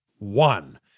one